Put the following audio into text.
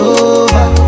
over